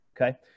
Okay